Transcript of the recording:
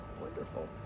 wonderful